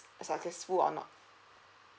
successful or not